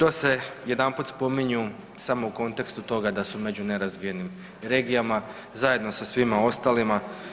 I to se jedanput spominju samo u kontekstu toga da su među nerazvijenim regijama, zajedno sa svima ostalima.